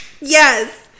Yes